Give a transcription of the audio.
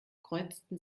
kreuzten